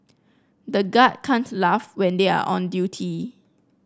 the guard can't laugh when they are on duty